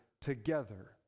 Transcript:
together